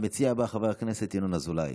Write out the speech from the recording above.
המציע הבא, חבר הכנסת ינון אזולאי.